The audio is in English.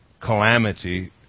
calamity